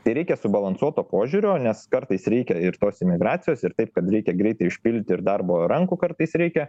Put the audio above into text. tai reikia subalansuoto požiūrio nes kartais reikia ir tos imigracijos ir taip kad reikia greitai išpildyti ir darbo rankų kartais reikia